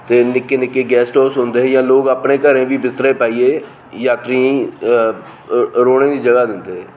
ते निक्के निक्के गेस्ट हाउस होंदे है जां लोक अपने घरें च बिस्तरे पाइयै यात्रियें गी रौह्ने दी जगह दिंदे हे